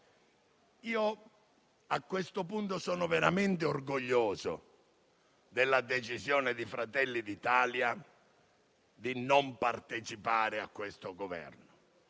A questo punto sono veramente orgoglioso della decisione di Fratelli d'Italia di non partecipare a questo Governo,